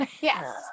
Yes